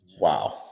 Wow